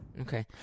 Okay